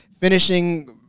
finishing